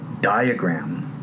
diagram